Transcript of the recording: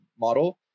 model